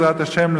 בעזרת השם,